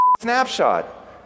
snapshot